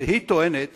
היא טוענת